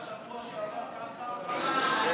היה שבוע שעבר ככה אתה צודק.